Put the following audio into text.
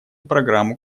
программу